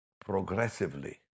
progressively